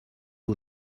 all